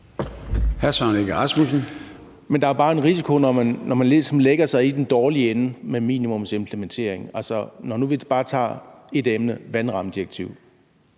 Men der er bare en risiko, når man ligesom lægger sig i den dårlige ende med minimumsimplementering. Altså, lad os bare tage ét emne, nemlig vandrammedirektivet.